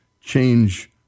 change